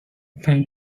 pine